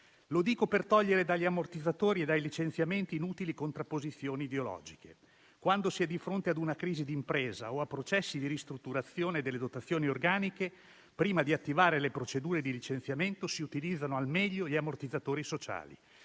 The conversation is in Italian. Lo dico per togliere dagli ammortizzatori e dai licenziamenti inutili contrapposizioni ideologiche: quando si è di fronte a una crisi di impresa o a processi di ristrutturazione delle dotazioni organiche, prima di attivare le procedure di licenziamento, si utilizzano al meglio gli ammortizzatori sociali.